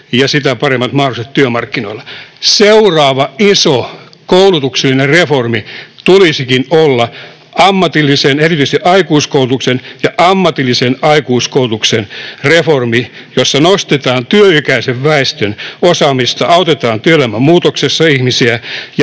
ja sitä paremmat mahdollisuudet työmarkkinoilla. Seuraava iso koulutuksellinen reformi tulisikin olla ammatillisen koulutuksen ja erityisesti ammatillisen aikuiskoulutuksen reformi, jossa nostetaan työikäisen väestön osaamista, autetaan ihmisiä työelämän muutoksessa ja